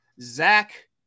Zach